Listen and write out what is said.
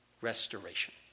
restoration